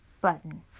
button